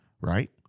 right